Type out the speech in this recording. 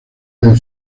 del